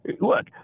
look